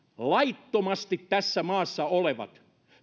laittomasti tässä maassa olevat